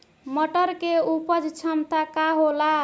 मटर के उपज क्षमता का होला?